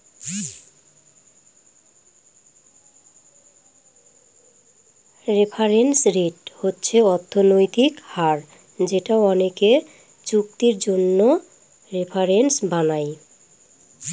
reference rate হচ্ছে অর্থনৈতিক হার যেটা অনেকে চুক্তির জন্য রেফারেন্স বানায়